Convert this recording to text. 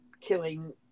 killing